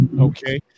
Okay